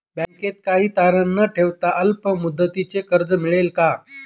बँकेत काही तारण न ठेवता अल्प मुदतीचे कर्ज मिळेल का?